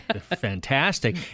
fantastic